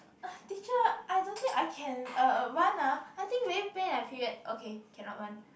teacher I don't think I can uh run ah I think very pain eh my period okay cannot run